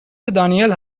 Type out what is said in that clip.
دانیل